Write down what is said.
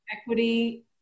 equity